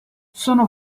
sono